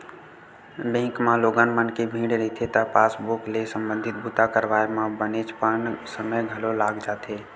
bank म लोगन मन के भीड़ रहिथे त पासबूक ले संबंधित बूता करवाए म बनेचपन समे घलो लाग जाथे